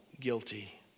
guilty